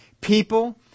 People